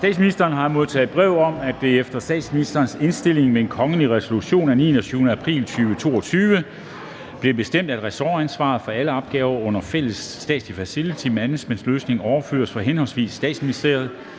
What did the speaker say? statsministeren har jeg modtaget brev om, at det efter statsministerens indstilling ved kongelig resolution af 29. april 2022 blev bestemt, at ressortansvaret for alle opgaver under den fælles statslige facility management-løsning overføres fra henholdsvis statsministeren,